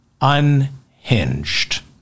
unhinged